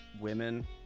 women